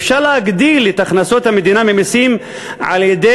אפשר להגדיל את הכנסות המדינה ממסים על-ידי